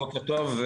בוקר טוב.